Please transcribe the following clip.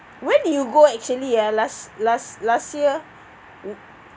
when did you go actually ah last last last year ugh